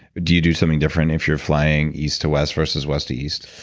do you do something different if you're flying east to west versus west east?